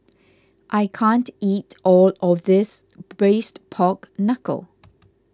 I can't eat all of this Braised Pork Knuckle